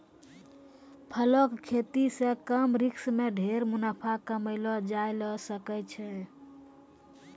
फलों के खेती सॅ कम रिस्क मॅ ढेर मुनाफा कमैलो जाय ल सकै छै